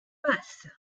passent